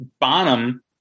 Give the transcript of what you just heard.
Bonham